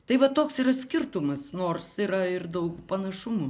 tai va toks yra skirtumas nors yra ir daug panašumų